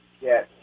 Yes